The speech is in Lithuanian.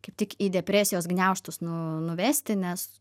kaip tik į depresijos gniaužtus nu nuvesti nes